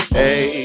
hey